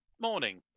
morning